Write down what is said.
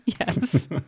yes